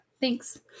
Thanks